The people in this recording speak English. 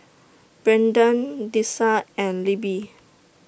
Brendan Dessa and Libby